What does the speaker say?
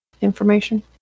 information